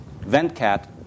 VentCat